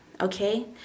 okay